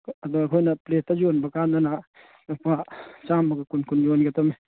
ꯑꯗꯣ ꯑꯩꯈꯣꯏꯅ ꯄ꯭ꯂꯦꯠꯇ ꯌꯣꯟꯕ ꯀꯥꯟꯗꯅ ꯂꯨꯄꯥ ꯆꯥꯃꯒ ꯀꯨꯟ ꯀꯨꯟ ꯌꯣꯟꯒꯗꯃꯦ